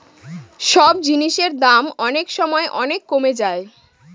সব জিনিসের দাম অনেক সময় অনেক কমে যায়